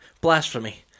Blasphemy